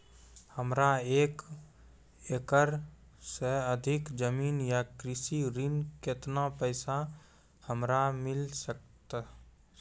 हमरा एक एकरऽ सऽ अधिक जमीन या कृषि ऋण केतना पैसा हमरा मिल सकत?